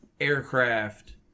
aircraft